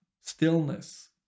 stillness